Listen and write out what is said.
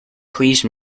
please